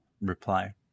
reply